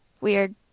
Weird